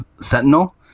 sentinel